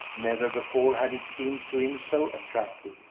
never before had it seemed to him so attractive,